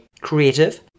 creative